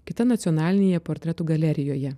kita nacionalinėje portretų galerijoje